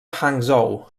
hangzhou